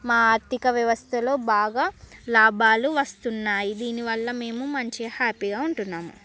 మా ఆర్ధిక వ్యవస్థలో బాగా లాభాలు వస్తున్నాయి దీనివల్ల మేము మంచిగా హ్యాపీగా ఉంటున్నాము